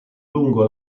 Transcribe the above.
lungo